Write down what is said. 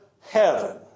heaven